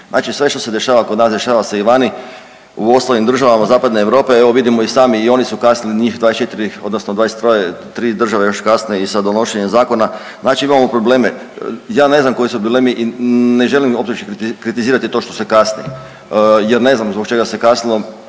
Znači sve što se dešava kod nas dešava se i vani u ostalim državama Zapadne Europe, evo vidimo i sami i oni su kasnili njih 24 odnosno 23 tri države još kasne i sa donošenjem zakona, znači imamo probleme. Ja ne znam koji su problemi i ne želim uopće kritizirati to što se kasni jer ne znam zbog čega se kasnilo,